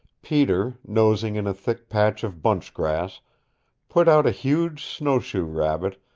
peter, nosing in a thick patch of bunch-grass put out a huge snowshoe rabbit,